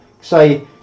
say